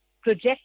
project